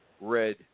red